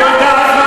היא לא אינקובטור.